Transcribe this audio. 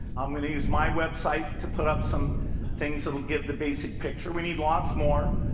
i'm going to use my website to put up some things that will give the basic picture. we need lots more.